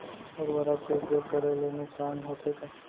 उर्वरक के उपयोग करे ले नुकसान होथे का?